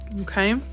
Okay